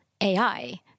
AI